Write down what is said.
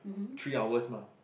three hours mah